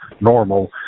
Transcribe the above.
normal